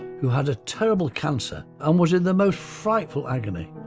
who had a terrible cancer and was in the most frightful agony,